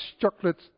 chocolate